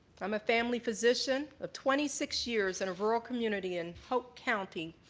um a family physician of twenty six years in a rural community in hope county,